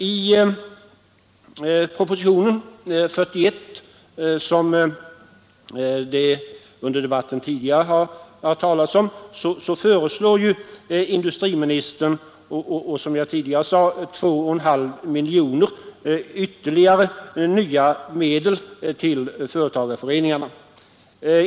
I proposition nr 41 föreslår industriministern, som jag tidigare sade, 2,5 miljoner kronor i nya medel till företagarföreningarna.